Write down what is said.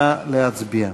נא להצביע.